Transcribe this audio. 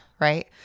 right